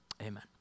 amen